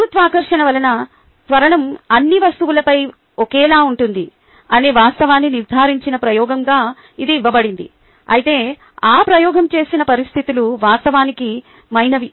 గురుత్వాకర్షణ వలన త్వరణం అన్ని వస్తువులపై ఒకేలా ఉంటుంది అనే వాస్తవాన్ని నిర్ధారించిన ప్రయోగంగా ఇది ఇవ్వబడింది అయితే ఆ ప్రయోగం చేసిన పరిస్థితులు వాస్తవికమైనవి